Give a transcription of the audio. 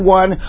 one